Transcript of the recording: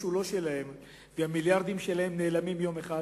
הוא לא שלהם והמיליארדים שלהם נעלמים יום אחד,